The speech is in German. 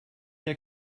der